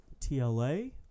TLA